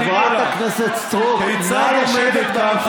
חברת הכנסת סטרוק, נא לשבת במקום.